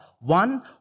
One